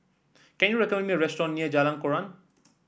can you recommend me a restaurant near Jalan Koran